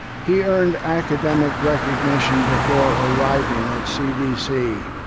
he earned academic recognition before arriving at cdc.